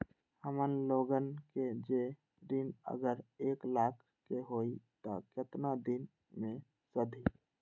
हमन लोगन के जे ऋन अगर एक लाख के होई त केतना दिन मे सधी?